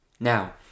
Now